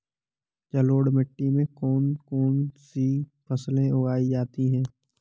जलोढ़ मिट्टी में कौन कौन सी फसलें उगाई जाती हैं?